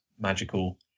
magical